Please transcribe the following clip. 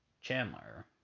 Chandler